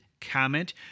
comment